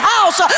House